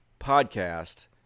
podcast